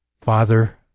Father